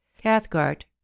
cathcart